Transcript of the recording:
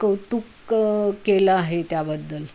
कौतुक केलं आहे त्याबद्दल